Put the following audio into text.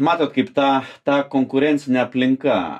matot kaip ta ta konkurencinė aplinka